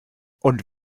und